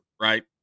Right